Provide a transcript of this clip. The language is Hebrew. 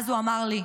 אז הוא אמר לי: